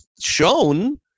shown